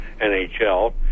NHL